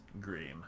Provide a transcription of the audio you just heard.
Green